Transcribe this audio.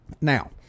now